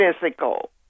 physical